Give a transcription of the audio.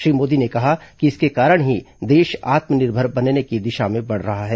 श्री मोदी ने कहा कि इसके कारण ही देश आत्मनिर्भर बनने की दिशा में बढ रहा है